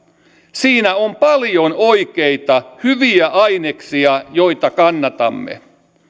siinä on paljon oikeita hyviä aineksia joita kannatamme